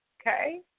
Okay